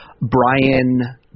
Brian